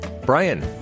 Brian